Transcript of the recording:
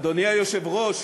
אדוני היושב-ראש,